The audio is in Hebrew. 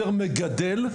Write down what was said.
יותר מגדל,